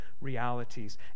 realities